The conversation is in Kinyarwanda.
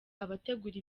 abategura